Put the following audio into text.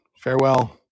Farewell